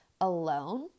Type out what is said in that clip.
alone